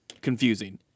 confusing